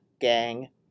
gang